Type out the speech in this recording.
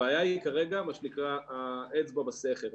הבעיה כרגע היא האצבע בסכר.